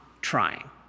trying